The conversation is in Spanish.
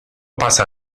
pasa